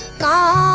da